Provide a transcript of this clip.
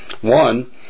One